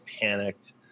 panicked